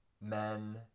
men